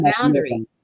boundary